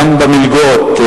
גם במלגות,